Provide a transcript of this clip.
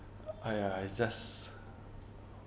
I I just